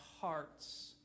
hearts